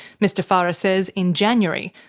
mr farah says in january,